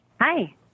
Hi